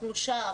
אנחנו שם,